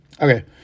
Okay